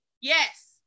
Yes